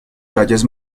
playas